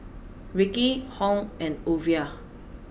Rickie Hung and Ova